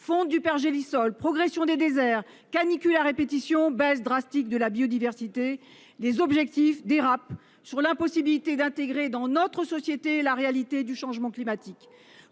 fonte du pergélisol, progression des déserts, canicules à répétition, baisse drastique de la biodiversité ... Les objectifs dérapent sur l'impossibilité d'intégrer dans notre société la réalité du changement climatique.